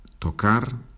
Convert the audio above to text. Tocar